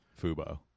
Fubo